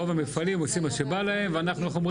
רוב המפעלים עושים מה שבא להם ואנחנו, איך אומרים?